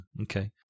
Okay